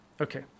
okay